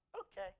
okay